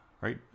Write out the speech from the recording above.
right